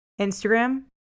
Instagram